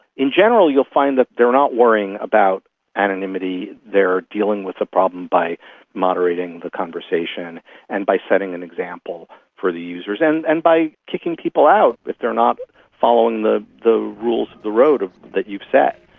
in general you'll find that they are not worrying about anonymity, they are dealing with the problem by moderating the conversation and by setting an example for the users, and and by kicking people out if they are not following the the rules of the road that you've set.